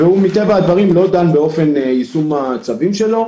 מטבע הדברים הוא לא דן באופן יישום הצווים שלו,